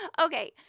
Okay